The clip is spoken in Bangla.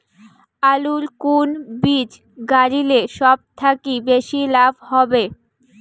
আলুর কুন বীজ গারিলে সব থাকি বেশি লাভ হবে?